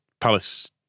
Palace